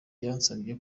yansabye